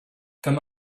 come